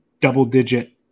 double-digit